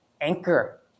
Anchor